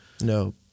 no